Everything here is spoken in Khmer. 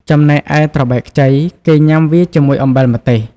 ចំណែកឯត្របែកខ្ចីគេញាំវាជាមួយអំបិលម្ទេស។